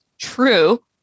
true